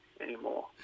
anymore